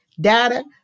data